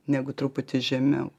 negu truputį žemiau